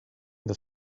that